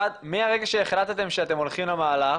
אחת, מרגע שהחלטתם שאתם הולכים למהלך